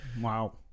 Wow